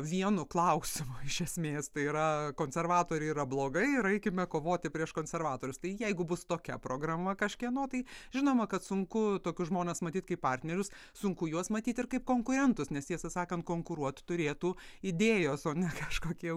vienu klausimu iš esmės tai yra konservatoriai yra blogai ir eikime kovoti prieš konservatorius tai jeigu bus tokia programa kažkieno tai žinoma kad sunku tokius žmones matyt kaip partnerius sunku juos matyti ir kaip konkurentus nes tiesą sakant konkuruot turėtų idėjos o ne kažkokie